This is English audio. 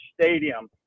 stadium